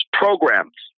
programs